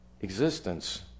existence